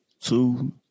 two